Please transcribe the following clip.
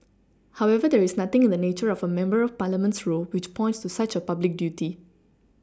however there is nothing in the nature of a member of parliament's role which points to such a public duty